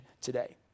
today